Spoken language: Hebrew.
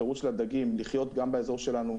אפשרות של הדגים לחיות גם באזור שלנו,